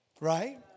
right